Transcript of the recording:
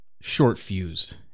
short-fused